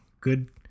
Good